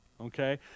okay